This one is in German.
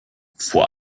vor